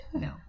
no